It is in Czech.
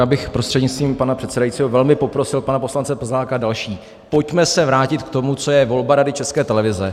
Já bych prostřednictvím pana předsedajícího velmi poprosil pana poslance Plzáka a další, pojďme se vrátit k tomu, co je volba Rady České televize.